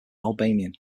albanian